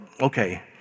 okay